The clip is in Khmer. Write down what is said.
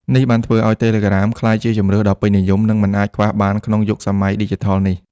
នេះបានធ្វើឲ្យ Telegram ក្លាយជាជម្រើសដ៏ពេញនិយម និងមិនអាចខ្វះបានក្នុងយុគសម័យឌីជីថលនេះ។